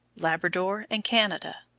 labrador, and canada.